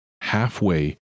halfway